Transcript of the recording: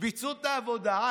ביצעו את העבודה.